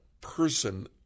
person